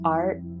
art